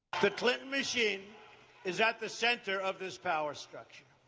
the machine is at the center of this power structure.